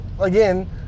again